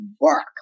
work